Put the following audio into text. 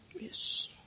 Yes